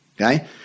Okay